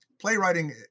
playwriting